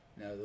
Now